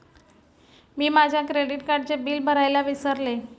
मी माझ्या क्रेडिट कार्डचे बिल भरायला विसरले